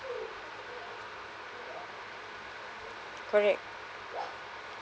correct